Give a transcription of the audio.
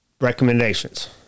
recommendations